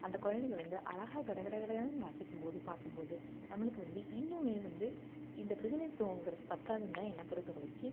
அந்தக் குழந்தைகள் வந்து அழகாக கடகடகடன்னு வாசிக்கும் போது பார்க்கும் போது நம்மளுக்கு வந்து இன்னும் வந்து இந்தப் பிரதிநிதித்துவங்கிறது பற்றாதுன்னு தான் என்னை பொறுத்தவரைக்கும்